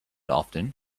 often